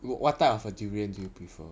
what type of a durian do you prefer